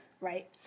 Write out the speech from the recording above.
right